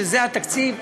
שזה התקציב,